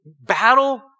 battle